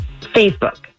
Facebook